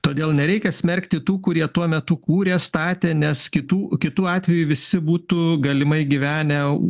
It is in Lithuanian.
todėl nereikia smerkti tų kurie tuo metu kūrė statė nes kitų kitu atveju visi būtų galimai gyvenę